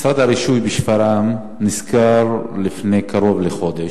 משרד הרישוי בשפרעם נסגר לפני קרוב לחודש,